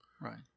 Right